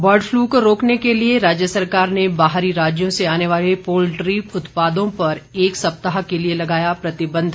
bird flu को रोकने के लिए राज्य सरकार ने बाहरी राज्यों से आने वाले पोल्ट्री उत्पादों पर एक सप्ताह के लिए लगाया प्रतिबंध